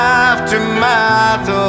aftermath